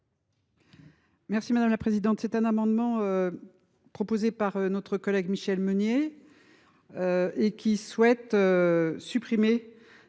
Merci madame la présidente. C'est un amendement. Proposé par notre collègue Michel Meunier. Et qui souhaite. Supprimer.